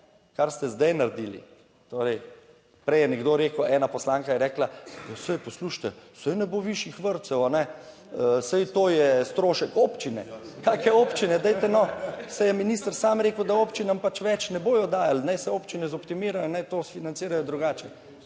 kar ste zdaj naredili, torej prej je nekdo rekel, ena poslanka je rekla, ja saj poslušajte, saj ne bo višjih vrtcev, saj to je strošek občine, kakšne občine, dajte no. Saj je minister sam rekel, da občinam pač več ne bodo dajali, naj se občine zoptimirajo, naj to financirajo drugače.